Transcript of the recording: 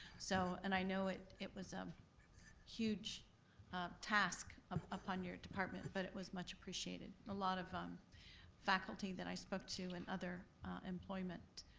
so and i know it it was a huge task um upon your department, but it was much appreciated. a lot of um faculty that i spoke to, and other employment